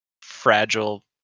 fragile